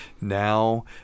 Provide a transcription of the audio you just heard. Now